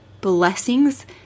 blessings